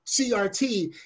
CRT